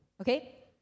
okay